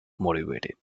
motivated